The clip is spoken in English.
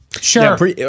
Sure